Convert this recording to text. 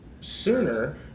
sooner